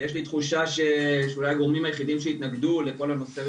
יש לי תחושה שאולי הגורמים היחידים שיתנגדו לכל הנושא הזה,